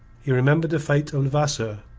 he remembered the fate of levasseur.